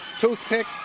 toothpick